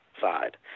side